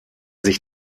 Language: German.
sich